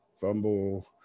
fumble